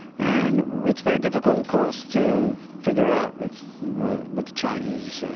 and it's very difficult, of course, to figure out with with but the chinese